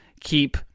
keep